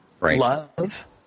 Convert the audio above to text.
love